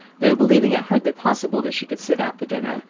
though believing it hardly possible that she could sit out the dinner,